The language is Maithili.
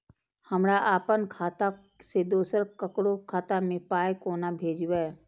हमरा आपन खाता से दोसर ककरो खाता मे पाय कोना भेजबै?